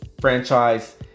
franchise